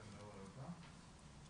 אני נעימה חנאווי כראם,